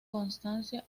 constancia